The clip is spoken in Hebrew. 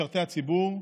משרתי הציבור,